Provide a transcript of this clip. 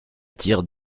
tire